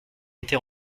été